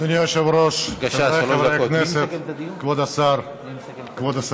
אדוני היושב-ראש, חבריי חברי הכנסת, כבוד השרים,